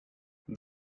the